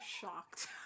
shocked